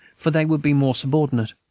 for they would be more subordinate.